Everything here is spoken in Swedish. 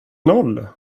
noll